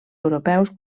europeus